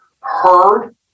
heard